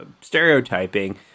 stereotyping